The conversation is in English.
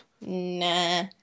Nah